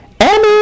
Emmy